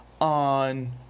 on